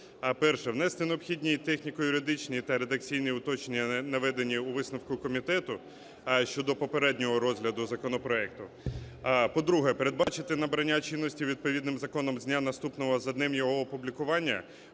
Внести необхідні техніко-юридичні та редакційні уточнення, наведені у висновку комітету, щодо попереднього розгляду законопроекту. По-друге, передбачити набрання чинності відповідним законом з дня, наступного за днем його опублікування,